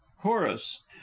chorus